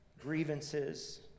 grievances